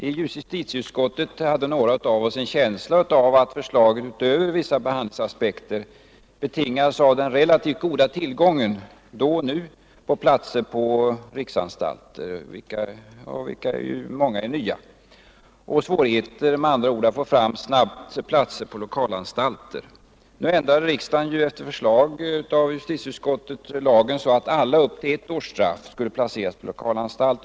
I justitieutskottet hade några av oss en känsla av att förslaget, utöver vissa behandlingsaspekter, betingades av den relativt goda tillgången då och nu på platser i riksanstalter, av vilka många är nya, och av svårigheter att snabbt få fram platser på lokalanstalter. Nu ändrade riksdagen på förslag av justitieutskottet lagen så att alla som ådömts upp till ett års straff skulle placeras i lokalanstalt.